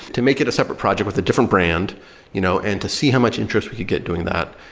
to make it a separate project with a different brand you know and to see how much interest we could get doing that,